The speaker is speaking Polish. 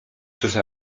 przez